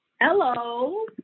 Hello